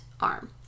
arm